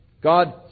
God